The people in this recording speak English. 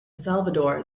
salvador